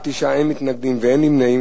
אין מתנגדים ואין נמנעים.